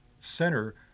center